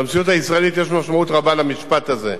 במציאות הישראלית יש משמעות רבה למשפט הזה,